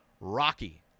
Rocky